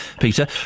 Peter